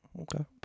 Okay